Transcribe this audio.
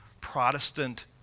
Protestant